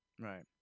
Right